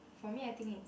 for me I think it's